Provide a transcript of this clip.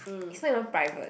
is not even private